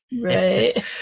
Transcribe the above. Right